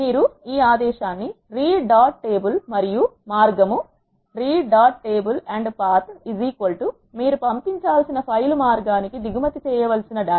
మీరు ఈ ఆదేశాన్ని రీడ్ డాట్ టేబుల్ మరియు మార్గము మీరు పంపించాల్సిన ఫైల్ మార్గానికి దిగుమతి చేయాల్సిన డేటా